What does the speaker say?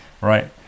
right